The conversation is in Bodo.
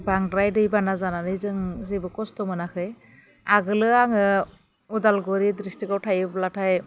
बांद्राय दैबाना जानानै जों जेबो खस्थ' मोनाखै आगोलो आङो उदालगुरि दिसथ्रिकाव थायोब्लाथाय